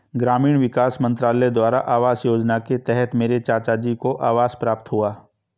ग्रामीण विकास मंत्रालय द्वारा आवास योजना के तहत मेरे चाचाजी को आवास प्राप्त हुआ